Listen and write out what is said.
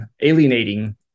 alienating